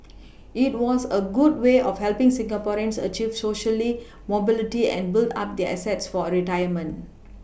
it was a good way of helPing Singaporeans achieve Socially mobility and build up their assets for a retirement